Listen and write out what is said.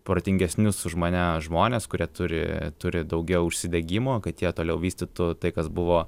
protingesnius už mane žmones kurie turi turi daugiau užsidegimo kad jie toliau vystytų tai kas buvo